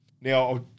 Now